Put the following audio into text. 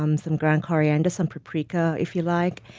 um some ground coriander, some paprika if you like,